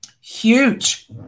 Huge